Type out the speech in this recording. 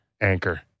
anchor